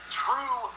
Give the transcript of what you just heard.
true